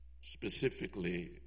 specifically